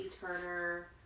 Turner